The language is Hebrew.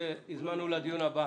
שהזמנו לדיון הבא